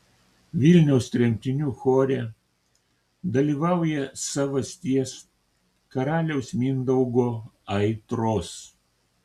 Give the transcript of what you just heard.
vilniaus tremtinių chore dalyvauja savasties karaliaus mindaugo aitros